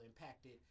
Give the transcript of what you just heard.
impacted